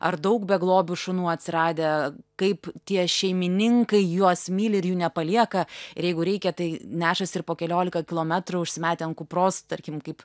ar daug beglobių šunų atsiradę kaip tie šeimininkai juos myli ir jų nepalieka ir jeigu reikia tai nešasi ir po keliolika kilometrų užsimetę ant kupros tarkim kaip